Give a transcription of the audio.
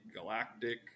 galactic